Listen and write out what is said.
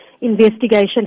investigation